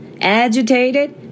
agitated